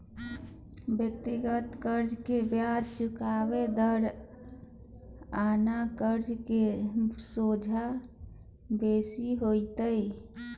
व्यक्तिगत कर्जा के बियाज चुकेबाक दर आन कर्जा के सोंझा बेसी होइत छै